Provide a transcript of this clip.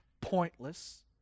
Pointless